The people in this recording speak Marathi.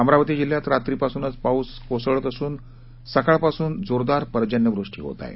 अमरावती जिल्ह्यात रात्रीपासूनच पाऊस असून सकाळपासून जोरदार पर्जनवृष्टी होत आहे